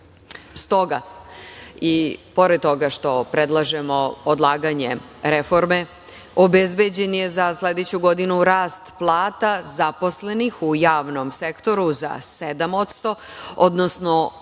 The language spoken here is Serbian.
i pored toga što predlažemo odlaganje reforme, obezbeđen je za sledeću godinu rast plata zaposlenih u javnom sektoru za 7%, odnosno 8%